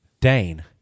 Dane